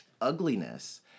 ugliness